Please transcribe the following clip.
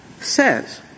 says